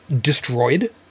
destroyed